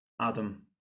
Adam